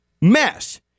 mess